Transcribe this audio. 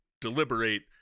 deliberate